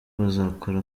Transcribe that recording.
bazakora